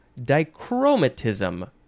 dichromatism